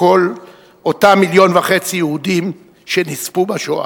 כל אותם 1.5 מיליון ילדים שנספו בשואה.